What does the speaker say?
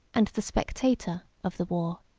and the spectator, of the war.